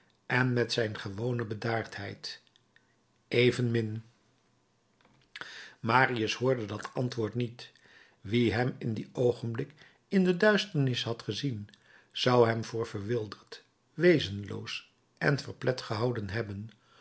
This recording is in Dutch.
en met zijn gewone bedaardheid evenmin marius hoorde dat antwoord niet wie hem in dien oogenblik in de duisternis had gezien zou hem voor verwilderd wezenloos en verplet gehouden hebben